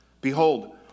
Behold